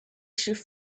should